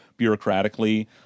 bureaucratically